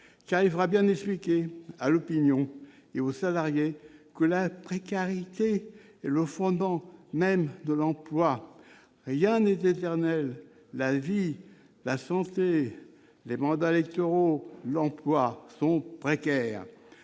Il faudra bien expliquer à l'opinion et aux salariés que la précarité est le fondement même de l'emploi. Rien n'est éternel : la vie, la santé, les mandats électoraux et l'emploi sont précaires.